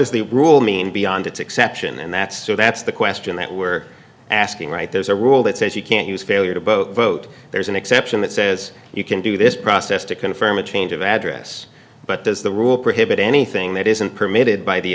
does the rule mean beyond its exception and that's so that's the question that we're asking right there's a rule that says you can't use failure to vote vote there's an exception that says you can do this process to confirm a change of address but there's the rule prohibit anything that isn't permitted by the